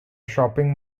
shopping